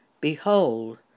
Behold